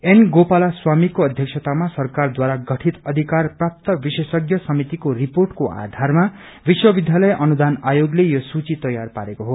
an गोपालास्वामीको अध्यक्षतामा सरकारद्वारा गठित अधिकार प्राप्त विशेषज्ञ समितिको रिपोेटको आधारमा विश्व विध्यालय अनुदान आयोगले यो सूची तयार पारेको हो